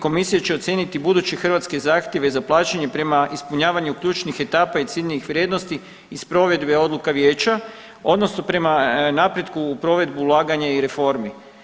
Komisija će ocijeniti buduće hrvatske zahtjeve za plaćanje prema ispunjavanju ključnih etapa i ciljnih vrijednosti iz provedbe odluka vijeća odnosno prema napretku u provedbu ulaganja i reformi.